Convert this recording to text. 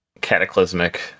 cataclysmic